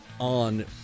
on